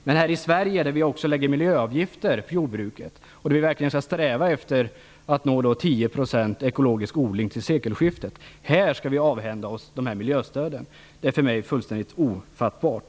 Men här i Sverige, där vi också lägger miljöavgifter på jordbruket och verkligen strävar efter att nå 10 % ekologisk odling till sekelskiftet, skall vi avhända oss det här miljöstödet. Det är för mig fullständigt ofattbart.